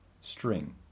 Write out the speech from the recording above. string